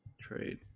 trade